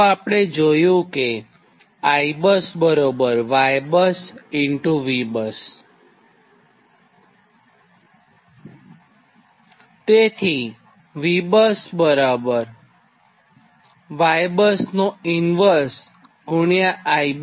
તો આપણે જોયું કે IBUSYBUS VBUS તેથી VBUSYBUS 1IBUS